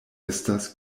estas